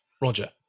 Roger